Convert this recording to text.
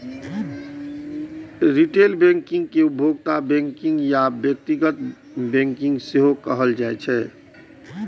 retail banking कें उपभोक्ता banking या व्यक्तिगत बैंकिंग सेहो कहल जाइ छै